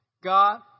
God